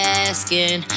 asking